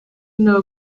know